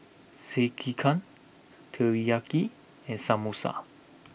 Sekihan Teriyaki and Samosa